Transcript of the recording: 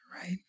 right